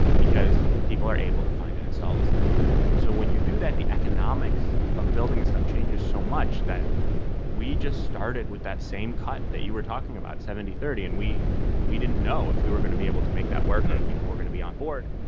because people are able to find and install this thing and so when you do that, the economics of building this stuff changes so much that we just started with that same cut that you were talking about, seventy thirty, and we we didn't know if we were going to be able to make that work, and those people were going to be on board,